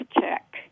check